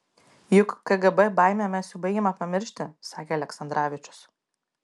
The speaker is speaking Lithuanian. juk kgb baimę mes jau baigiame pamiršti sakė aleksandravičius